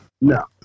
No